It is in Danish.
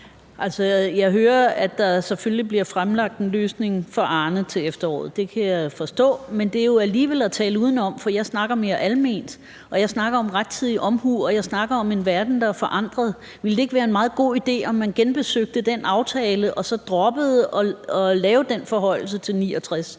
hører selvfølgelig, at der bliver fremlagt en løsning for Arne til efteråret. Det kan jeg forstå, men det er jo alligevel at tale udenom. For jeg snakker mere alment, og jeg snakker om rettidig omhu, og jeg snakker om en verden, der er forandret. Ville det ikke være en meget god idé, at man genbesøgte den aftale og så droppede at lave den forhøjelse til 69